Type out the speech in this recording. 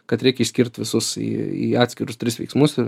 kad reik išskirt visus į į atskirus tris veiksmus ir